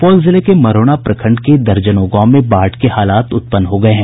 सुपौल जिले के मरौना प्रखंड के दर्जनों गांव में बाढ़ के हालात उत्पन्न हो गये हैं